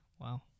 Wow